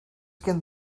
gen